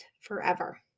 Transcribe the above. forever